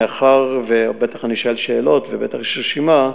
מאחר שבטח אני אשאל שאלות ובטח יש רשימה,